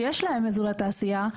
שיש להם אזורי תעשייה,